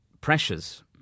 pressures